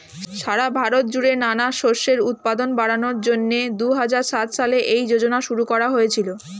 সারা ভারত জুড়ে নানান শস্যের উৎপাদন বাড়ানোর জন্যে দুহাজার সাত সালে এই যোজনা শুরু করা হয়েছিল